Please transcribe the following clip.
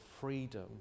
freedom